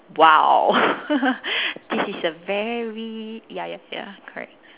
!wow! this is a very ya ya sia correct